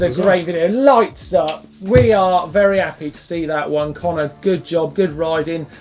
a great video. lights up. we are very happy to see that one. connor good job, good riding.